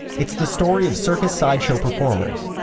it's the story of circus sideshow performers,